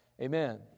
amen